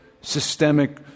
systemic